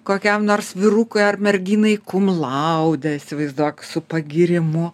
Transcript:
kokiam nors vyrukui ar merginai kumlaude įsivaizduok su pagyrimu